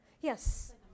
Yes